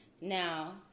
Now